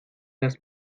las